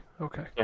Okay